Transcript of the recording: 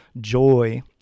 joy